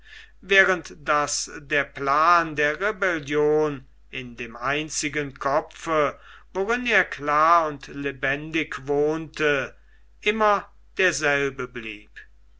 während daß der plan der rebellion in dem einzigen kopfe worin er klar und lebendig wohnte immer derselbe blieb